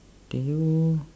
do you